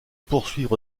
poursuivre